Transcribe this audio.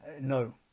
no